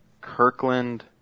Kirkland